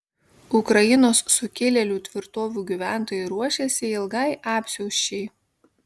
ukrainos sukilėlių tvirtovių gyventojai ruošiasi ilgai apsiausčiai